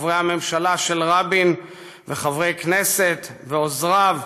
וחברי הממשלה של רבין וחברי כנסת ועוזריו,